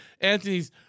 Anthony's